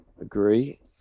Agree